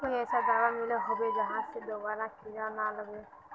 कोई ऐसा दाबा मिलोहो होबे जहा से दोबारा कीड़ा ना लागे?